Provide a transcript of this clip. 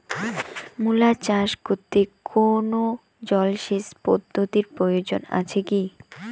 মূলা চাষ করতে কোনো জলসেচ পদ্ধতির প্রয়োজন আছে কী?